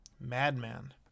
Madman